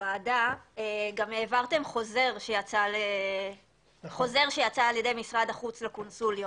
לוועדה גם העברתם חוזר שיצא על ידי משרד החוץ לקונסוליות.